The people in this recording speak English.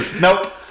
Nope